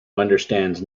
understands